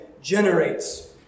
generates